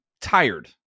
tired